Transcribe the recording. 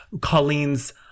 Colleen's